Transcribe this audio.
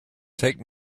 take